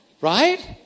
Right